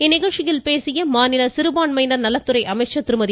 இந்நிகழ்ச்சியில் பேசிய மாநில சிறுபான்மையின் நலத்துறை அமைச்சர் திருமதி